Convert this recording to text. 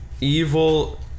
evil